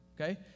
okay